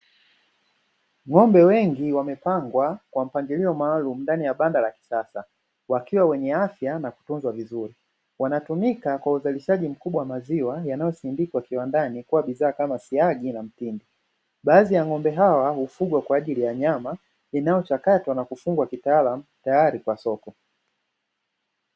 Ng'ombe wengi wamepangwa kwa mpangilio maalumu ndani ya banda la kisasa, wakiwa wenye afya na kutunzwa vizuri. Wanatumika kwa uzalishaji mkubwa wa maziwa yanayosindikwa kiwandani kuwa bidhaa kama siagi na mtindi. Baadhi ya ng'ombe hawa hufugwa kwa ajili ya nyama inayochakatwa na kufungwa kitaalamu teyari kwa soko.